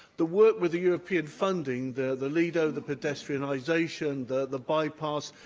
the work with the european funding, the the lido, the pedestrianisation, the the bypass,